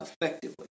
effectively